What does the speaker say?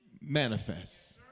manifest